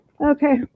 Okay